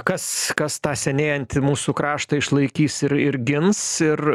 kas kas tą senėjantį mūsų kraštą išlaikys ir ir gins ir